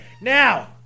Now